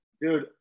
Dude